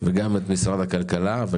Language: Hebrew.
משרד הכלכלה,